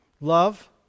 love